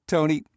Tony